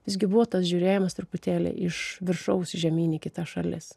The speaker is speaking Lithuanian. visgi buvo tas žiūrėjimas truputėlį iš viršaus žemyn į kitas šalis